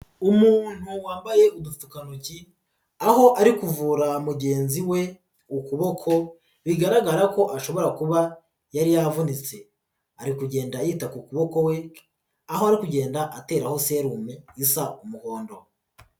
Umuntu wambaye udupfukantoki aho ari kuvura mugenzi we ukuboko bigaragara ko ashobora kuba yari yavunitse ari kugenda yita ku kuboko kwe aho ari kugenda ateraho serumu isa umuhondo.